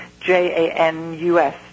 J-A-N-U-S